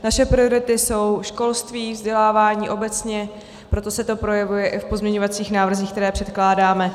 Naše priority jsou školství, vzdělávání obecně, proto se to projevuje i v pozměňovacích návrzích, které předkládáme.